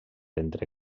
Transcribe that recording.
entre